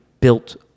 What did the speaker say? built